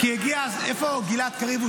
איפה גלעד קריב?